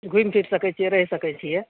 घुमि फिरि सकै छिए रहि सकै छिए